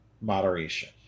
moderation